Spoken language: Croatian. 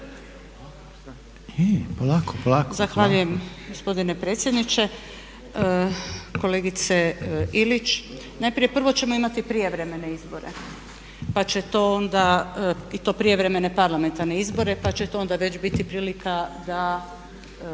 Zahvaljujem gospodine predsjedniče. Kolegice Ilić, najprije prvo ćemo imati prijevremene izbore pa će to onda, i to prijevremene